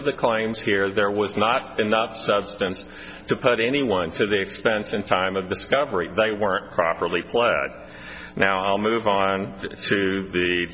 of the claims here there was not enough substance to put anyone to the expense and time of discovery they weren't properly play but now i'll move on to the